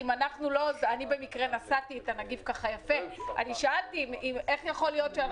אני במקרה נסעתי אתם ושאלתי איך ייתכן?